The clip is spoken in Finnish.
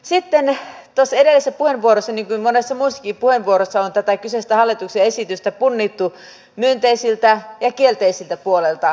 sitten tuossa edellisessä puheenvuorossa niin kuin monessa muussakin puheenvuorossa on tätä kyseistä hallituksen esitystä punnittu myönteiseltä ja kielteiseltä puolelta